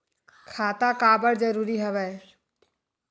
खाता का बर जरूरी हवे?